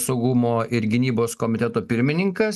saugumo ir gynybos komiteto pirmininkas